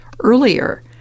Earlier